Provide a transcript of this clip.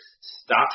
stop